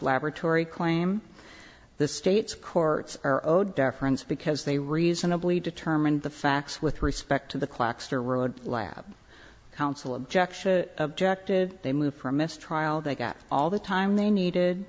laboratory claim the state's courts are owed deference because they reasonably determine the facts with respect to the clacks or road lab counsel objection objective they move for a mistrial they got all the time they needed